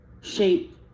shape